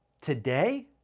Today